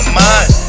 mind